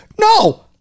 No